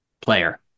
player